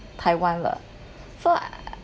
taiwan lah so